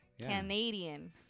Canadian